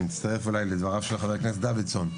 אני מצטרף אולי לדבריו של חבר הכנסת דוידסון.